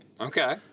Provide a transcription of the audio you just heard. Okay